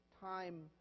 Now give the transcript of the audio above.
time